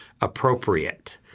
appropriate